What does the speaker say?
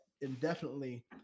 indefinitely